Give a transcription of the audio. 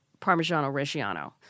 Parmigiano-Reggiano